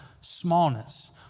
smallness